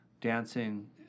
dancing